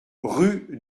rue